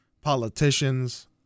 politicians